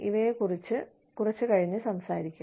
ഇവയെക്കുറിച്ച് കുറച്ച് കഴിഞ്ഞ് സംസാരിക്കും